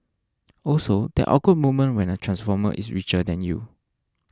also that awkward moment when a transformer is richer than you